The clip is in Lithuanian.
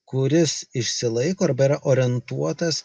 kuris išsilaiko arba yra orientuotas